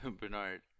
Bernard